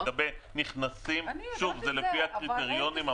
לגבי הנכנסים זה לפי הקריטריונים,